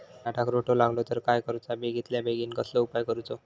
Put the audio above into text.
झाडाक रोटो लागलो तर काय करुचा बेगितल्या बेगीन कसलो उपाय करूचो?